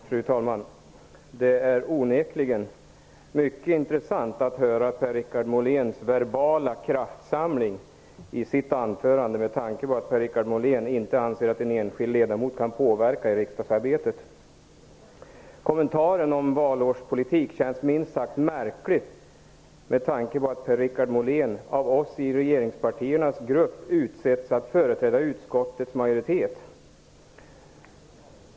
Fru talman! Det är onekligen mycket intressant att höra den verbala kraftsamlingen i Per-Richard Moléns anförande med tanke på att han inte anser att en enskild ledamot kan påverka riksdagsarbetet. Kommentaren om valårspolitik känns minst sagt märklig eftersom Per-Richard Molén av oss i regeringspartiernas grupp utsetts att företräda utskottets majoritet.